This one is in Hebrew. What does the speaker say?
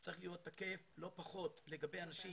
צריך להיות תקף לגבי הנשים